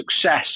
success